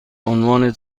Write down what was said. عنوان